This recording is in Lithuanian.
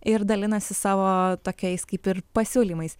ir dalinasi savo tokiais kaip ir pasiūlymais